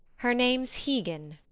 her name's hegan.